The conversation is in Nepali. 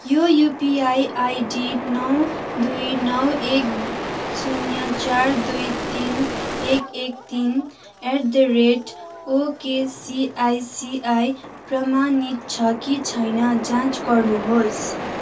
यो युपिआई आइडी नौ दुई नौ एक शून्य चार दुई तिन एक एक तिन एट द रेट ओकेसिआइसिआई प्रमाणित छ कि छैन जाँच गर्नुहोस्